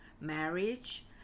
marriage